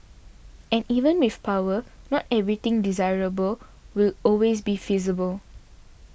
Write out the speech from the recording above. and even with power not everything desirable will always be feasible